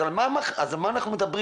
אז על מה אנחנו מדברים?